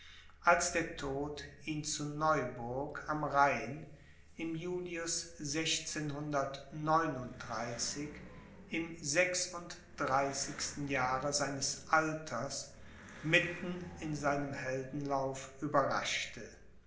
als der tod ihn zu neuburg am rhein im julius im sechsunddreißigsten jahre seines alters mitten in seinem heldenlauf überraschte